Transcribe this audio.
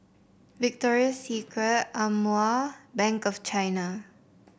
Victoria Secret Amore Bank of China